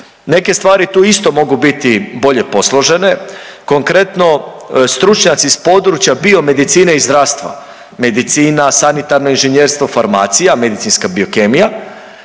Neke stvari tu isto mogu biti bolje posložene. Konkretno, stručnjaci s područja biomedicine i zdravstva, medicina, sanitarno inženjerstvo, farmacija, medicinska biokemija,